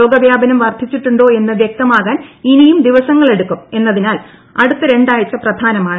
രോഗവ്യാപനം വർധിച്ചിട്ടുണ്ടോ എന്ന് വ്യക്തമാകാൻ ഇനിയും ദിവസങ്ങളെടുക്കും എന്നതിനാൽ അടുത്ത രണ്ടാഴ്ച പ്രധാനമാണ്